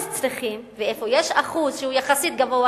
ואיפה שיש אחוז שהוא יחסית גבוה,